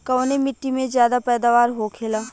कवने मिट्टी में ज्यादा पैदावार होखेला?